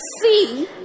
see